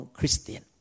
Christian